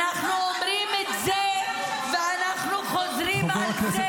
אנחנו אומרים את זה ואנחנו חוזרים על זה.